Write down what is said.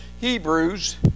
Hebrews